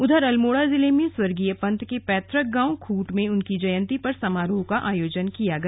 उधर अल्मोड़ा जिले में स्वर्गीत पंत के पैतृक गांव खूट में उनकी जयंती पर समारोह का आयोजन किया गया